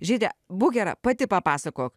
žyde būk gera pati papasakok